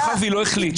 מאחר שהיא לא עשתה,